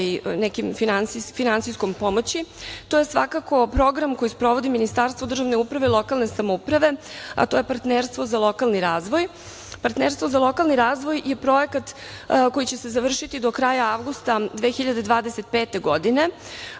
sa nekom finansijskom pomoći, to je svakako program koji sprovodi Ministarstvo državne uprave i lokalne samouprave, a to je partnerstvo za lokalni razvoj. Partnerstvo za lokalni razvoj je projekat koji će se završiti do kraja avgusta 2025. godine.